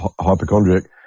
hypochondriac